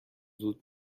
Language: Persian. زود